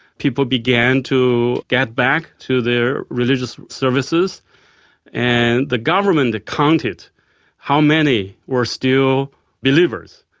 people began to get back to their religious services and the government counted how many were still believers.